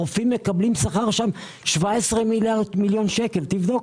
הרופאים מקבלים שם משכורות, תבדוק.